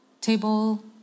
table